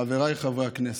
חבריי חברי הכנסת,